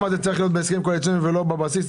את השאלה למה זה צריך להיות בהסכם קואליציוני ולא בבסיס,